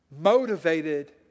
motivated